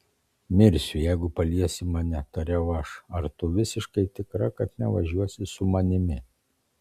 mirsiu jeigu paliesi mane tariau aš ar tu visiškai tikra kad nevažiuosi su manimi